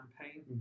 campaign